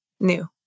new